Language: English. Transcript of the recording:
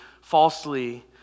falsely